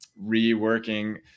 reworking